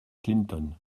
clinton